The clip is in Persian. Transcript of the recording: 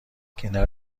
کنار